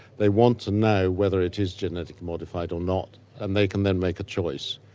they want to know whether it is genetically modified or not and they can then make a choice.